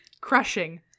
crushing